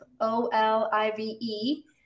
O-L-I-V-E